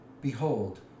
Behold